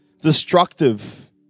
destructive